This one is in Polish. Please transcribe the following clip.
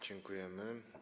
Dziękujemy.